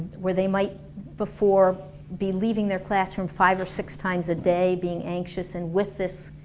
where they might before be leaving their class from five or six times a day, being anxious and with this